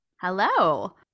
Hello